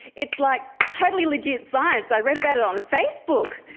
it's like, totally legit science, i read about it on facebook!